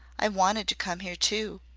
i wanted to come here, too.